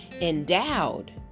endowed